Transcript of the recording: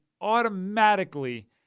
automatically